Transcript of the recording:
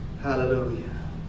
Hallelujah